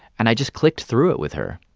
and i just clicked through it with her.